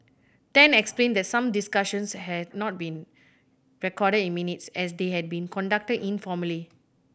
Tan explained that some discussions had not been recorded in minutes as they had been conducted informally